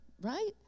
right